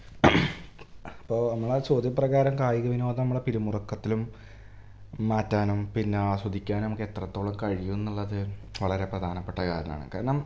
ഇപ്പോള് നമ്മളെ ചോദ്യ പ്രകാരം കായിക വിനോദം നമ്മളെ പിരിമുറക്കത്തിലും മാറ്റാനും പിന്നെ ആസ്വദിക്കാനും നമുക്കെത്രത്തോളം കഴിയുന്നുള്ളത് വളരെ പ്രധാനപ്പെട്ട കാരണമാണ് കാരണം